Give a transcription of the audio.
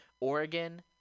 Oregon